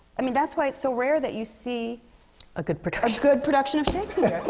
i mean, that's why it's so rare that you see a good production. a good production of shakespeare.